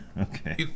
Okay